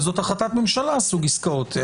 זאת החלטה ממשלה סוג עסקאות.